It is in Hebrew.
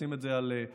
לשים את זה על רדיו,